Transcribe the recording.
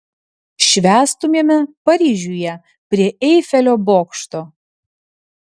švęstumėme paryžiuje prie eifelio bokšto